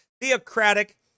theocratic